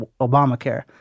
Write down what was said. Obamacare